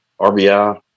RBI